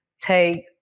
take